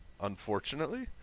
unfortunately